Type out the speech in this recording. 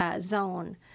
zone